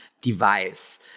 device